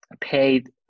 paid